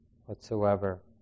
whatsoever